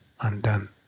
undone